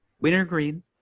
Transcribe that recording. wintergreen